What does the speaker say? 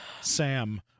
Sam